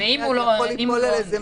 ואם הוא לא עונה --- כן,